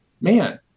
man